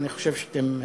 ואני חושב שאתם תבינו.